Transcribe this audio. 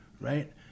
right